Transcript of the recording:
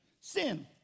sin